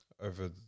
over